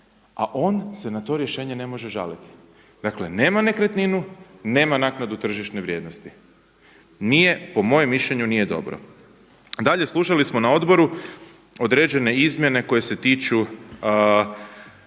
a on se na to rješenje ne može žaliti. Dakle nema nekretninu, nema naknadu tržišne vrijednosti. Po mojem mišljenju nije dobro. Dalje, slušali smo na odboru određene izmjene koje se tiču